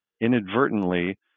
Inadvertently